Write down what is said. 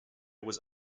was